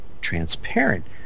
transparent